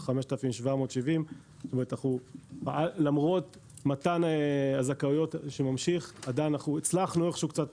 5,770. למרות מתן הזכאויות שממשיך עדיין הצלחנו קצת